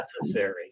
necessary